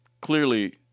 clearly